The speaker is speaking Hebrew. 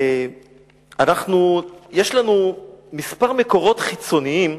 יש לנו כמה מקורות חיצוניים